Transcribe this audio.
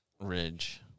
Ridge